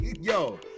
yo